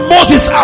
Moses